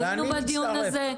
היינו בדיון הזה,